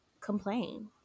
complain